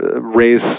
raise